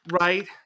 Right